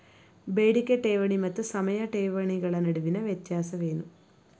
ಬೇಡಿಕೆ ಠೇವಣಿ ಮತ್ತು ಸಮಯ ಠೇವಣಿಗಳ ನಡುವಿನ ವ್ಯತ್ಯಾಸವೇನು?